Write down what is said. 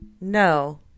no